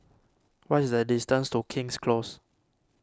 what is the distance to King's Close